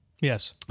Yes